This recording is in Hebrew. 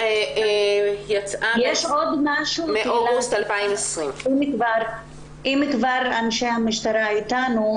היא מאוגוסט 2020. אם אנשי המשטרה אתנו,